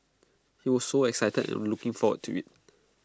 he was so excited and looking forward to IT